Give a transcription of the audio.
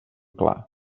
clar